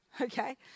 Okay